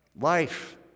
Life